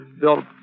built